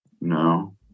No